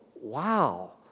wow